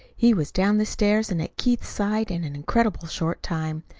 he was down the stairs and at keith's side in an incredibly short time.